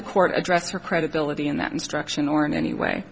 the court address or credibility in that instruction or in any way